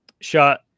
shot